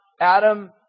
Adam